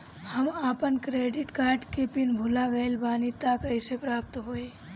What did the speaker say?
हम आपन credit card के पिन भुला गइल बानी त कइसे प्राप्त होई?